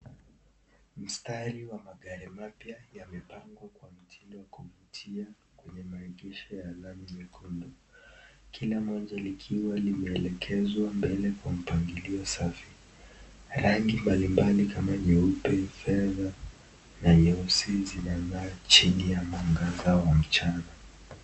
Mstari wa magari mapya yamepangwa kwa mtindo wa kuvutia kwenye maagisho ya lami mekundu. Kila mojo likiwa limeelekezwa mbele kwa mpangilio safi. Rangi mbalimbali kama nyeupe ,fedha na nyeusi zinang'aa chini ya maganda wa mchanga.